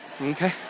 Okay